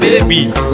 Baby